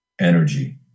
energy